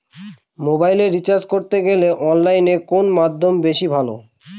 মোবাইলের রিচার্জ করতে গেলে অনলাইনে কোন মাধ্যম বেশি ভালো?